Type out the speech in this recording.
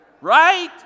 right